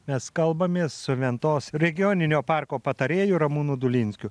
mes kalbamės su ventos regioninio parko patarėju ramūnu dulinskiu